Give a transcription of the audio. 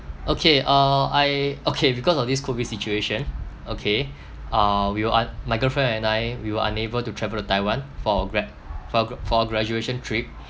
okay uh I okay because of this COVID situation okay uh we were un my girlfriend and I we were unable to travel to taiwan for our grad for gra for our graduation trip